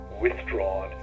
withdrawn